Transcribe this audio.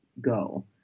go